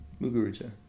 Muguruza